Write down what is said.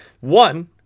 one